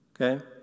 okay